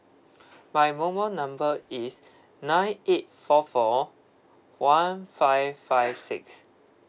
my mobile number is nine eight four four one five five six